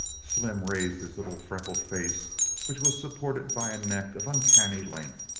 slim raised his little freckled face which was supported by a neck of uncanny length,